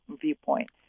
viewpoint